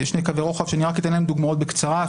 אני רק אביא דוגמאות בקצרה,